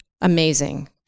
amazing